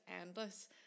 endless